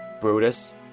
Brutus